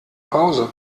pause